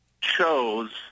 chose